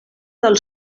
del